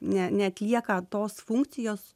ne neatlieka tos funkcijos